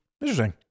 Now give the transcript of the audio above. Interesting